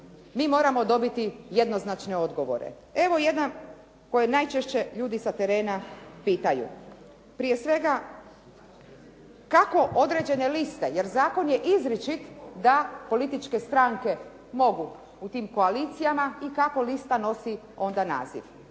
mi moramo dobiti jednoznačne odgovore. Evo jedan koji najčešće ljudi sa terena pitaju. Prije svega, kako određene liste jer zakon je izričit da političke stranke mogu u tim koalicijama i kako lista nosi onda naziv.